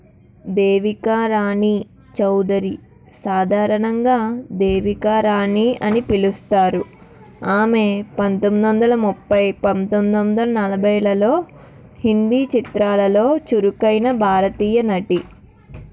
దేవికా రాణి చౌదరి సాధారణంగా దేవికా రాణి అని పిలుస్తారు ఆమె పంతొమ్మిది వందల ముప్పై పంతొమ్మిది వందల నలభైలలో హిందీ చిత్రాలలో చురుకైన భారతీయ నటి